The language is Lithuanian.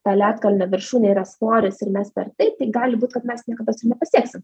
ta ledkalnio viršūnė yra svoris ir mes per tai gali būt kad mes niekados nepasieksim